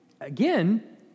again